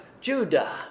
Judah